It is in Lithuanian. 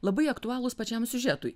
labai aktualūs pačiam siužetui